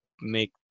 make